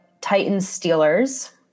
Titans-Steelers